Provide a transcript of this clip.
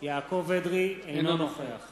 אינו נוכח